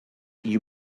you